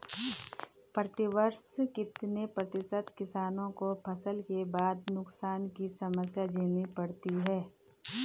प्रतिवर्ष कितने प्रतिशत किसानों को फसल के बाद नुकसान की समस्या झेलनी पड़ती है?